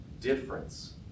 difference